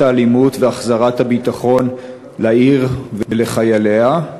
האלימות ולהחזרת הביטחון לעיר ולחייליה?